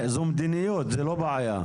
זו מדיניות, זו לא בעיה.